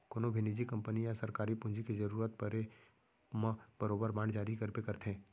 कोनों भी निजी कंपनी या सरकार पूंजी के जरूरत परे म बरोबर बांड जारी करबे करथे